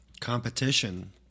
competition